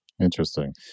Interesting